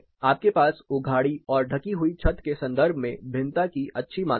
आपके पास उघाड़ी और ढकी हुई छत के संदर्भ में भिन्नता की अच्छी मात्रा है